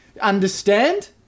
Understand